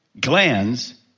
glands